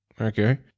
Okay